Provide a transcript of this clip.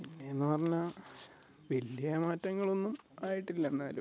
പിന്നെ എന്ന് പറഞ്ഞാൽ വലിയ മാറ്റങ്ങളൊന്നും ആയിട്ടില്ല എന്നാലും